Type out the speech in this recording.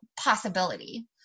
possibility